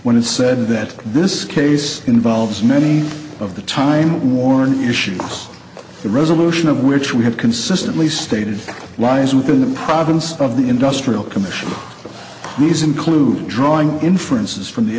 when it said that this case involves many of the time worn issue the resolution of which we have consistently stated lies within the province of the industrial commission these include drawing inferences from the